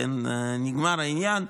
נגמר העניין,